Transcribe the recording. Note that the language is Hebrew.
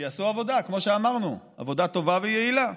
שיעשו עבודה, כמו שאמרנו, טובה ויעילה.